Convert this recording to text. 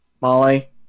Molly